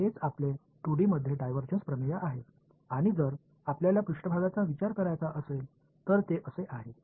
तर हेच आपले 2D मध्ये डायव्हर्जन्स प्रमेय आहे आणि जर आपल्याला पृष्ठभागाचा विचार करायचा असेल तर ते असे आहे